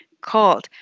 called